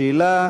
שאלה,